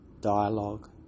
dialogue